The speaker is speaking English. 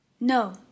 No